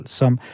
som